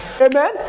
Amen